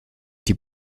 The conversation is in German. die